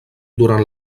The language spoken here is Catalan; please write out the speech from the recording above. durant